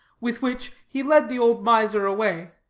with which he led the old miser away,